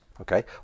Okay